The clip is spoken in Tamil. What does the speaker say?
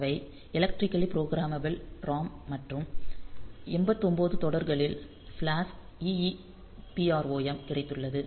அவை எலெக்டிரிகலி ப்ரோக்ராமபிள் ROM மற்றும் 89 தொடர்களில் ஃபிளாஷ் EEPROM கிடைத்துள்ளது